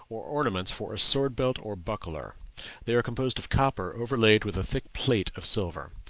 or ornaments for a sword-belt or buckler they are composed of copper overlaid with a thick plate of silver.